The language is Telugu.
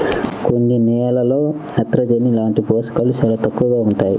కొన్ని నేలల్లో నత్రజని లాంటి పోషకాలు చాలా తక్కువగా ఉంటాయి